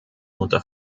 unter